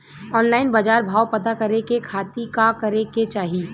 Online बाजार भाव पता करे के खाती का करे के चाही?